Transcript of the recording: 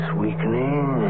weakening